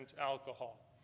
alcohol